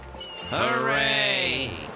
hooray